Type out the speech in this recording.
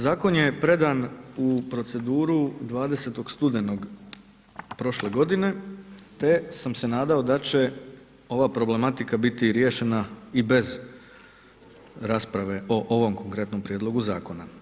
Zakon je predan u proceduru 20. studenog prošle godine te sam se nadao da će ova problematika biti riješena i bez rasprave o ovom konkretnom prijedlogu Zakona.